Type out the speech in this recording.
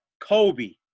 Kobe